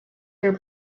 their